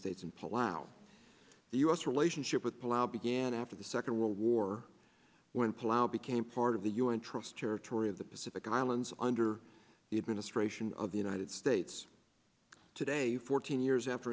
states in palau the u s relationship with pullout began after the second world war when pullout became part of the u n trust territory of the pacific islands under the administration of the united states today fourteen years after